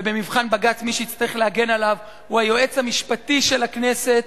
ובמבחן בג"ץ מי שיצטרך להגן עליו הוא היועץ המשפטי של הכנסת,